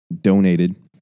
donated